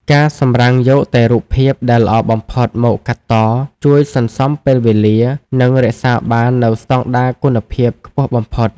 ការសម្រាំងយកតែរូបភាពដែលល្អបំផុតមកកាត់ត ជួយសន្សំពេលវេលា និងរក្សាបាននូវស្តង់ដារគុណភាពខ្ពស់បំផុត។